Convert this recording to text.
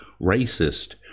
racist